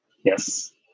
Yes